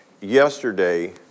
yesterday